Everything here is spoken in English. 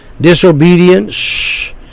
disobedience